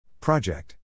Project